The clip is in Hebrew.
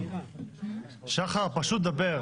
מיפינו את השטחים והם נמצאים באפליקציה שפתוחה לציבור.